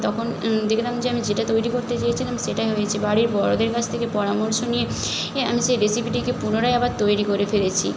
তখন দেখলাম যে আমি যেটা তৈরি করতে চেয়েছিলাম সেটাই হয়েছে বাড়ির বড়দের কাছ থেকে পরামর্শ নিয়ে এ আমি সেই রেসিপিটিকে পুনরায় আবার তৈরি করে ফেলেছি